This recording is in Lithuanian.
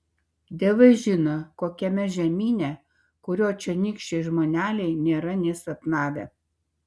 dievai žino kokiame žemyne kurio čionykščiai žmoneliai nėra nė sapnavę